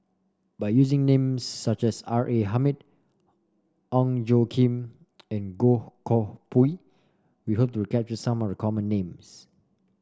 by using names such as R A Hamid Ong Tjoe Kim and Goh Koh Pui we hope to capture some of the common names